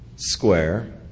Square